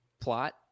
plot